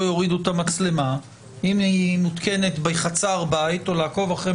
יורידו את המצלמה אם הוא מותקנת בחצר בית או לעקוב.